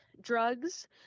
drugs